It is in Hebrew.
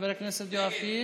חבר הכנסת יואב קיש?